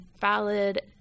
valid